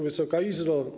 Wysoka Izbo!